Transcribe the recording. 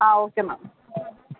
okay ma'am